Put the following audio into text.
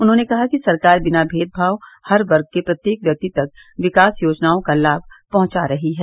उन्होंने कहा कि सरकार बिना मेदभाव हर वर्ग के प्रत्येक व्यक्ति तक विकास योजनाओं का लाभ पहुंचा रही है